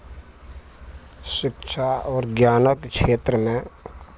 शिक्षा आओर ज्ञानक क्षेत्रमे